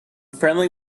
friendly